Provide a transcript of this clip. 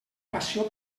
passió